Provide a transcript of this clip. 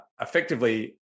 effectively